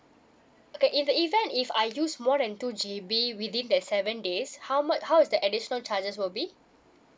okay in the event if I use more than two G_B within that seven days how much how is the additional charges will be